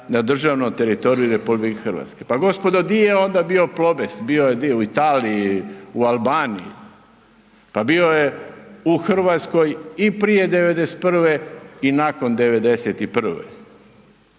na državnom teritoriju RH, pa gospodo di je onda bio Plobest, bio je di, u Italiji, u Albaniji, pa bio je u RH i prije '91. i nakon '91.,